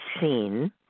seen